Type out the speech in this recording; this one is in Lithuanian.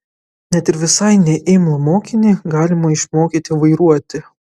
net ir visai neimlų mokinį galima išmokyti vairuoti